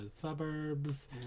suburbs